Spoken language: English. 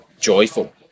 joyful